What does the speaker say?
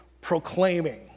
proclaiming